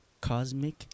Cosmic